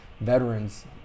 veterans